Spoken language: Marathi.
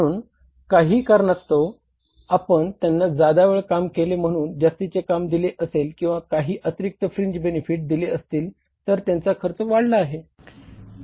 म्हणून काही कारणास्तव आपण त्याना ज्यादा वेळ काम केले म्हणून जास्तीची रक्कम दिली असेल किंवा काही अतिरिक्त फ्रीन्ज बेनेफिट दिले असतील तर त्यांचा खर्च वाढला आहे